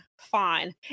fine